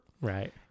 right